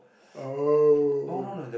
oh